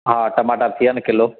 हा टमाटा थी विया न किलो